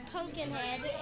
Pumpkinhead